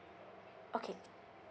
okay